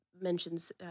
mentions